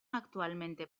actualmente